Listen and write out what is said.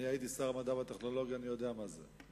אני הייתי שר המדע והטכנולוגיה ואני יודע מה זה.